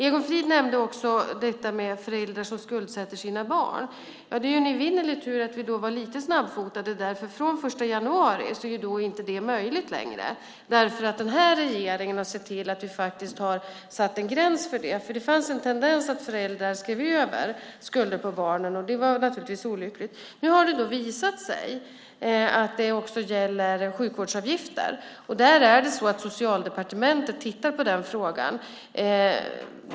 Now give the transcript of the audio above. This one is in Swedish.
Egon Frid nämnde också detta med föräldrar som skuldsätter sina barn. Det är en evinnerlig tur att vi var lite snabbfotade, för från den 1 januari är det inte möjligt längre därför att regeringen har sett till att faktiskt sätta en gräns för det. Det fanns en tendens att föräldrar skrev över skulder på barnen, och det var naturligtvis olyckligt. Nu har det visat sig att det också gäller sjukvårdsavgifter. Socialdepartementet tittar på den frågan.